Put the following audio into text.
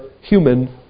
human